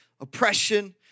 oppression